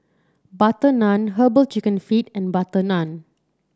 butter naan herbal chicken feet and butter naan